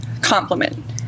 compliment